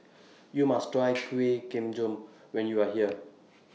YOU must Try Kueh Kemboja when YOU Are here